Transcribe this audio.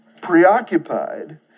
preoccupied